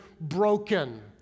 broken